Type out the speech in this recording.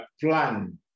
plan